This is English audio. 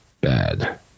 bad